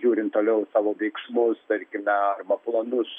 žiūrint toliau savo veiksmus tarkime arba planus